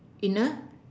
in a